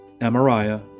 Amariah